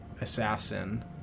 assassin